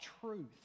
truth